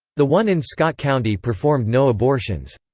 the one in scott county performed no abortions.